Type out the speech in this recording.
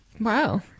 Wow